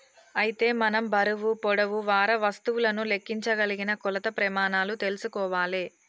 అయితే మనం బరువు పొడవు వారా వస్తువులను లెక్కించగలిగిన కొలత ప్రెమానాలు తెల్సుకోవాలే